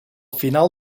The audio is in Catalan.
final